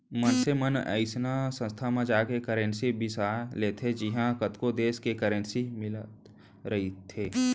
मनसे मन अइसन संस्था म जाके करेंसी बिसा लेथे जिहॉं कतको देस के करेंसी मिलत रहिथे